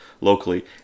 locally